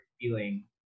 feeling